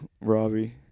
Robbie